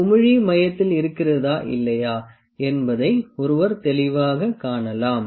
குமிழி மையத்தில் இருக்கிறதா இல்லையா என்பதை ஒருவர் தெளிவாகக் காணலாம்